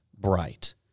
bright